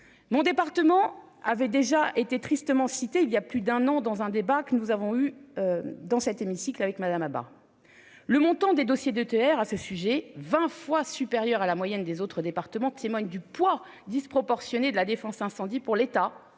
Mon département avait déjà été tristement cité il y a plus d'un an dans un débat que nous avons eu. Dans cet hémicycle avec madame bah. Le montant des dossiers de TER à ce sujet, 20 fois supérieur à la moyenne des autres départements témoigne du poids disproportionné de la défense incendie pour l'État,